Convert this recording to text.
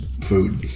food